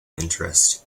interest